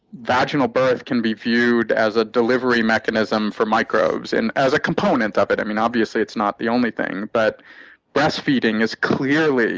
vaginal birth can be viewed as a delivery mechanism for microbes. and as a component of it. and obviously, it's not the only thing. but breastfeeding is clearly